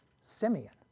Simeon